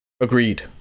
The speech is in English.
agreed